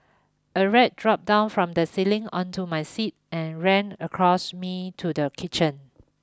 a rat dropped down from the ceiling onto my seat and ran across me to the kitchen